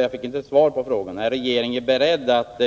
Jag fick inget svar på frågan: Är regeringen beredd att